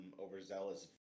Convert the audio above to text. overzealous